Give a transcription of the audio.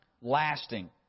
lasting